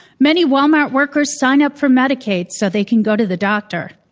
many walmart workers sign up for medicaid so they can go to the doctor.